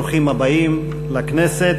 ברוכים הבאים לכנסת.